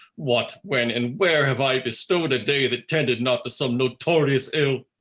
what, when, and where, have i bestowed a day that tended not to some notorious ill?